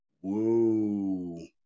whoa